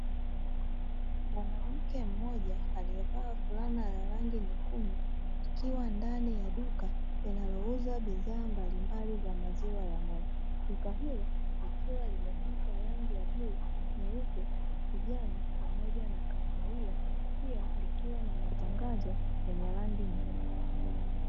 Mwanamke mmoja aliyevaa fulana ya rangi nyekundu akiwa ndani ya duka linalouza bidhaa mbalimbali za maziwa ya ng'ombe. Duka hili likiwa limepakwa rangi ya bluu, nyeupe, kijani pamoja na kahawia; pia likiwa na matangazo yenye rangi nyeupe.